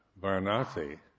Varanasi